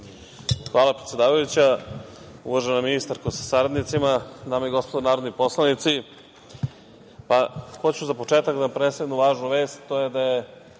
Hvala, predsedavajuća. Uvažena ministarko sa saradnicima, dame i gospodo narodni poslanici, hoću za početak da vam predstavim jednu važnu vest, to je da